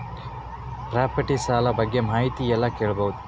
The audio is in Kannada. ಪ್ರಾಪರ್ಟಿ ಸಾಲ ಬಗ್ಗೆ ಮಾಹಿತಿ ಎಲ್ಲ ಕೇಳಬಹುದು?